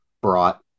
brought